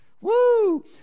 Woo